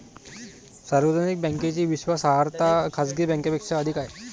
सार्वजनिक बँकेची विश्वासार्हता खाजगी बँकांपेक्षा अधिक आहे